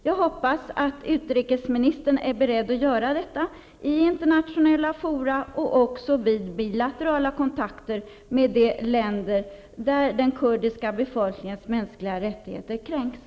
Jag hoppas att utrikesministern är beredd att göra detta i internationella fora och också vid bilaterala kontakter med de länder där den kurdiska befolkningens mänskliga rättigheter kränks.